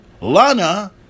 Lana